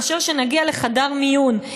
מאשר שנגיע לחדר מיון.